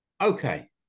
Okay